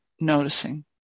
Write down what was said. noticing